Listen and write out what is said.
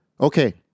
Okay